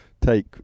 take